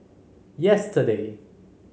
yesterday